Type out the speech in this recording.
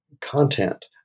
content